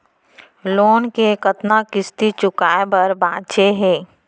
Loan के कतना किस्ती चुकाए बर बांचे हे?